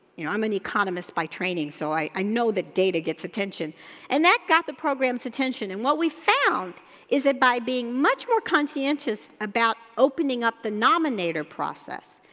you know, um and economist by training, so i know that data gets attention and that got the program's attention and what we found is that by being much more conscientious about opening up the nominator process,